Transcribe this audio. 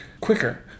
Quicker